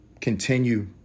Continue